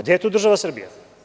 Gde je tu država Srbija?